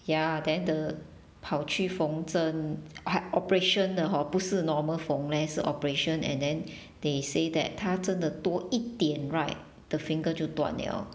ya then the 跑去缝针她 operation 的 hor 不是 normal 缝 leh 是 operation and then they say that 她真的多一点 right the finger 就断 liao